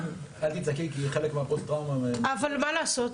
כי חלק מהפוסט הטראומה --- אבל מה לעשות?